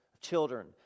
children